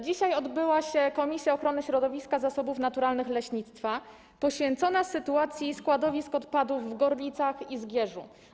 Dzisiaj odbyło się posiedzenie Komisji Ochrony Środowiska, Zasobów Naturalnych i Leśnictwa poświęcone sytuacji składowisk odpadów w Gorlicach i Zgierzu.